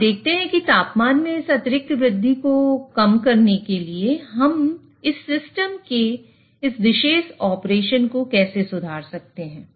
अब देखते हैं कि तापमान में इस अतिरिक्त वृद्धि को कम करने के लिए हम इस सिस्टम के इस विशेष ऑपरेशन को कैसे सुधार सकते हैं